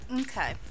Okay